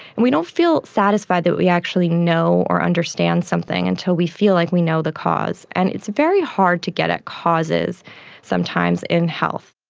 and we don't feel satisfied that we actually know or understand something until we feel like we know the cause. and it's very hard to get at causes sometimes in health.